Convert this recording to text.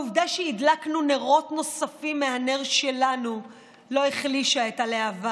העובדה שהדלקנו נרות נוספים מהנר שלנו לא החלישה את הלהבה